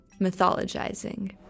Mythologizing